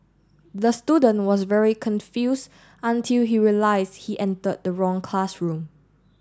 the student was very confused until he realised he entered the wrong classroom